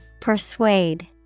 Persuade